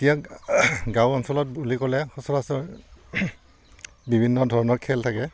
এতিয়া গাঁও অঞ্চলত বুলি ক'লে সচৰাচৰ বিভিন্ন ধৰণৰ খেল থাকে